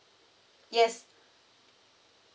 yes